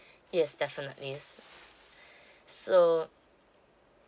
yes definitely so